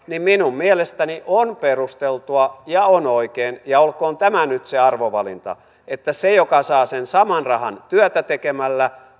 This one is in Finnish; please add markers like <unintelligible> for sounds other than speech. <unintelligible> niin minun mielestäni on perusteltua ja on oikein ja olkoon tämä nyt se arvovalinta että sille joka saa sen saman rahan työtä tekemällä